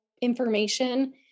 information